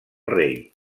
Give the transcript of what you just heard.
rei